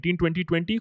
2020